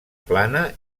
plana